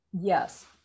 Yes